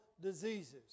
diseases